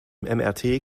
mrt